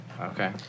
Okay